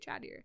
chattier